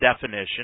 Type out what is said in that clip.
definition